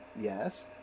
yes